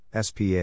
SPA